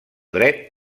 dret